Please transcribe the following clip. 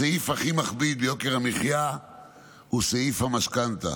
הסעיף הכי מכביד ביוקר המחיה הוא סעיף המשכנתה,